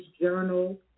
journal